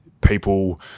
people